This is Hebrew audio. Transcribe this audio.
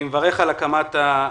אני מברך על הקמת הוועדה.